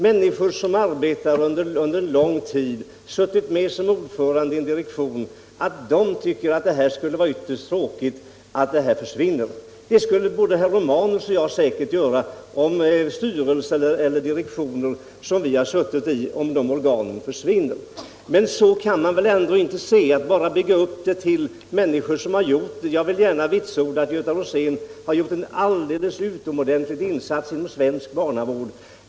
Människor som arbetar med en uppgift under lång tid och som har suttit med som ordförande i en direktion tycker att det skulle vara ytterst tråkigt om den försvinner. Det skulle både herr Romanus och jag säkert tycka om styrelser eller direktioner som vi har suttit i skulle försvinna. Men så kan man väl ändå inte göra — att man bara bygger beslutet på människor som har arbetat där. Jag vill gärna vitsorda att Göta Rosén har gjort en alldeles utomordentlig insats inom svensk barnavård.